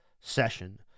session